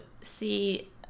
see